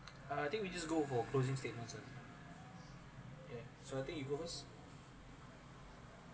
I think we just go for closing statements only so I think it you go first